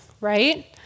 right